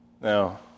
Now